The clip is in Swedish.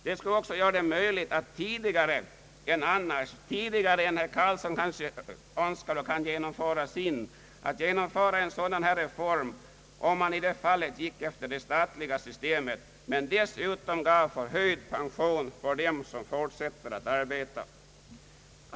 Det skulle också bli möjligt att tidigare än annars — tidigare än herr Carlsson kanske önskar och kan enligt sitt förslag — genomföra en sådan här reform om man gick efter det statliga systemet men dessutom gav förhöjd pension efter slutad arbetsinsats till dem som fortsätter att arbeta.